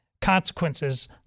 consequences